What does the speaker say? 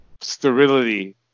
sterility